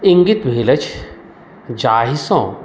इन्गित भेल अछि जाहिसँ